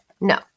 No